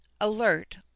alert